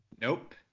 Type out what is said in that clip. Nope